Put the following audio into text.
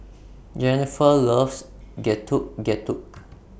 Jenifer loves Getuk Getuk